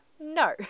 No